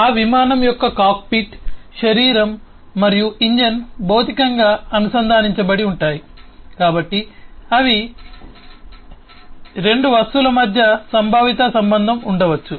ఆ విమానం యొక్క కాక్పిట్ శరీరం మరియు ఇంజిన్ భౌతికంగా అనుసంధానించబడి ఉంటాయి కాబట్టి అవి రెండు వస్తువుల మధ్య సంభావిత సంబంధం ఉండవచ్చు